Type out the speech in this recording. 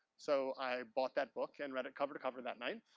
so, i bought that book and read it cover to cover that night.